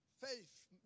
Faith